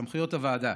סמכויות הוועדה,